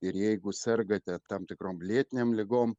ir jeigu sergate tam tikrom lėtinėm ligom